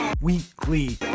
Weekly